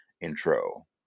intro